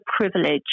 privilege